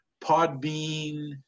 Podbean